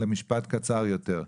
למשפט קצר יותר.